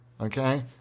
Okay